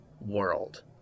world